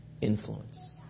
influence